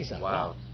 Wow